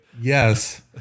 Yes